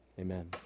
Amen